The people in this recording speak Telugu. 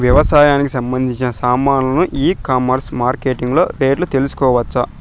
వ్యవసాయానికి సంబంధించిన సామాన్లు ఈ కామర్స్ మార్కెటింగ్ లో రేట్లు తెలుసుకోవచ్చా?